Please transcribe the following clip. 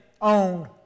owned